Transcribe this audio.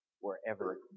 wherever